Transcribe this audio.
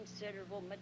considerable